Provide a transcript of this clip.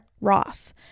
Ross